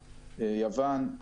יוון,